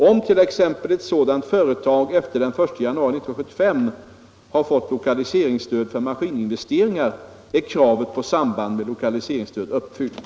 Om t.ex. ett sådant företag den 1 januari 1975 har fått lokaliseringsstöd för maskininvesteringar är kravet på samband med lokaliseringsstöd uppfyllt.